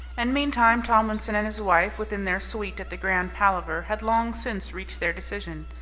and meantime tomlinson and his wife, within their suite at the grand palaver, had long since reached their decision.